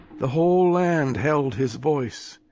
the whole land held his voice,